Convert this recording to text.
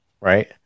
right